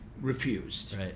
refused